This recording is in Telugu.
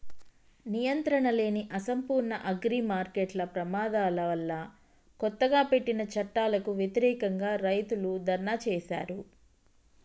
నియంత్రణలేని, అసంపూర్ణ అగ్రిమార్కెట్ల ప్రమాదాల వల్లకొత్తగా పెట్టిన చట్టాలకు వ్యతిరేకంగా, రైతులు ధర్నా చేశారు